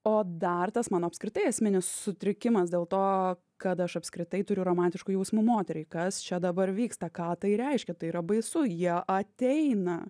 o dar tas mano apskritai esminis sutrikimas dėl to kad aš apskritai turiu romantiškų jausmų moteriai kas čia dabar vyksta ką tai reiškia tai yra baisu jie ateina